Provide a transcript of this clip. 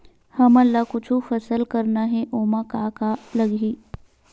हमन ला कुछु फसल करना हे ओमा का का लगही?